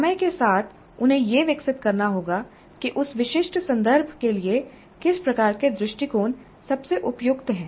समय के साथ उन्हें यह विकसित करना होगा कि उस विशिष्ट संदर्भ के लिए किस प्रकार के दृष्टिकोण सबसे उपयुक्त हैं